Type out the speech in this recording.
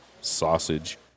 sausage